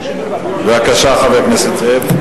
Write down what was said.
בבקשה, חבר הכנסת זאב.